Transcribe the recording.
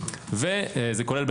וזה כולל,